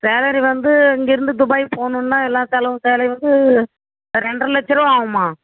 salary வந்து இங்கேருந்து Dubai போகணுன்னா எல்லா செலவும் வந்து ரெண்டர லட்சம் ரூபா ஆகும்மா